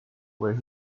where